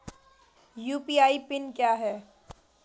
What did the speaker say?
UPI PIN क्या है?